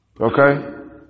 Okay